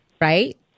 right